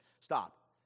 stop